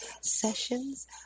sessions